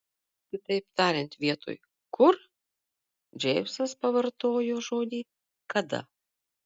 kitaip tariant vietoj kur džeimsas pavartojo žodį kada